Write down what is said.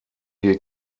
die